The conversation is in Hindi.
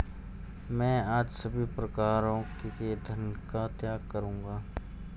मैं आज सभी प्रकारों के धन का त्याग करूंगा